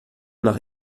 nach